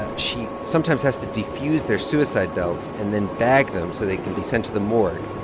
ah she sometimes has to defuse their suicide belts and then bag them so they can be sent to the morgue